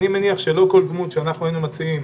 אני מניח שלא כל דמות שהיינו מציעים